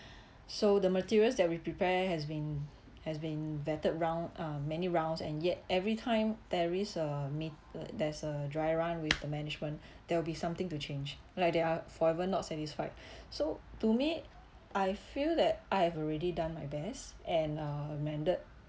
so the materials that we prepare has been has been vetted round uh many rounds and yet every time there is a meet~ like there's a dry run with the management there will be something to change like they are forever not satisfied so to me I feel that I have already done my best and uh mended